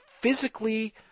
physically